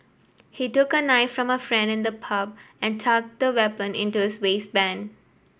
he took a knife from a friend in the pub and tucked the weapon into his waistband